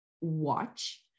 watch